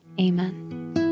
Amen